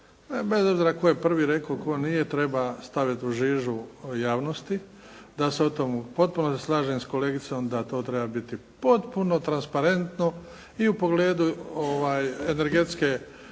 bez obzira tko je prvi rekao, tko nije treba staviti u žižu javnosti, da se o tomu, potpuno se slažem s kolegicom da to treba biti potpuno transparentno i u pogledu energetske